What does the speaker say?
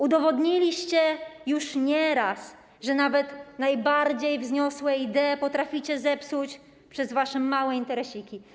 Udowodniliście już nieraz, że nawet najbardziej wzniosłe idee potraficie zepsuć przez wasze małe interesiki.